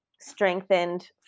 strengthened